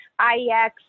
IEX